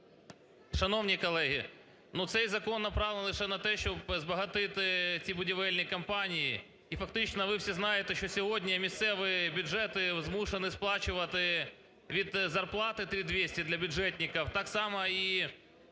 Шановні колеги, ну, цей закон направлений ще на те, щоб збагатити ці будівельні компанії. І фактично ви всі знаєте, що сьогодні місцеві бюджети змушені сплачувати від зарплати 3200 для бюджетників так само і